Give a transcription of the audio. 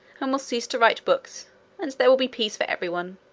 and will cease to write books, and there will be peace for everyone.